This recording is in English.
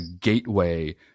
gateway